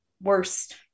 worst